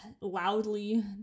loudly